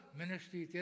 ministry